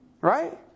Right